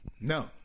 No